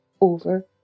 over